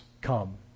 come